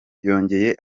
yongeye